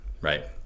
Right